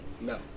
No